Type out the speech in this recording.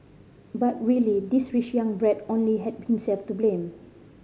but really this rich young brat only had himself to blame